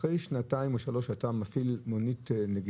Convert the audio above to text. אחרי שנתיים או שלוש שנים שאתה מפעיל מונית נגישה